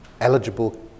eligible